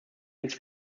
ins